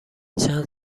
چند